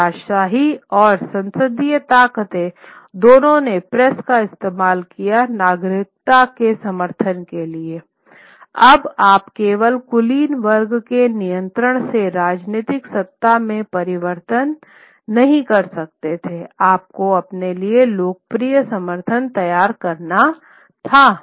और राजशाही और संसदीय ताक़तों दोनों ने प्रेस का इस्तेमाल किया नागरिकता के समर्थन के लिए अब आप केवल कुलीन वर्ग के नियंत्रण से राजनीतिक सत्ता में परिवर्तन नहीं कर सकते थे आपको अपने लिए लोकप्रिय समर्थन तैयार करना था